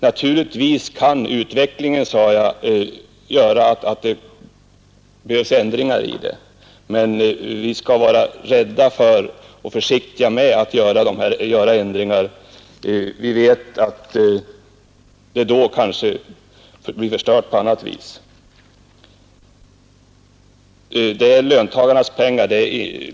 Naturligtvis kan, sade jag vidare, utvecklingen göra att det behövs ändringar i systemet, men jag tillade att vi bör vara försiktiga med att vidta ändringar därför att systemet då kanske blir förstört i andra avseenden. Det gäller här löntagarnas pengar.